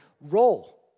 role